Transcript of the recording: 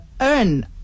earn